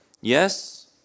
Yes